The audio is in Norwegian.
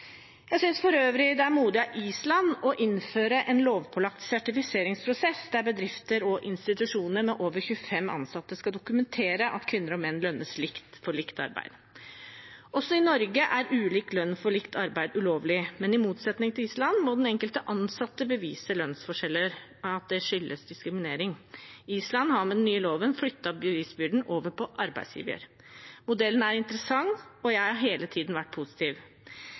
Jeg synes for øvrig det er modig av Island å innføre en lovpålagt sertifiseringsprosess der bedrifter og institusjoner med over 25 ansatte skal dokumentere at kvinner og menn lønnes likt for likt arbeid. Også i Norge er ulik lønn for likt arbeid ulovlig, men i motsetning til på Island må den enkelte ansatte bevise at lønnsforskjeller skyldes diskriminering. Island har med den nye loven flyttet bevisbyrden over på arbeidsgiveren. Modellen er interessant, og jeg har hele tiden vært positiv.